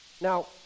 Now